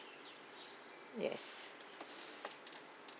yes